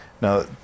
now